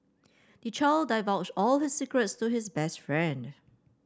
the child divulged all his secrets to his best friend